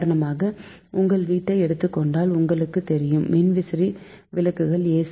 உதாரணமாக உங்கள் வீட்டை எடுத்துக்கொண்டால் உங்களுக்கு தெரியும் மின்விசிறி விளக்குகள் ஏ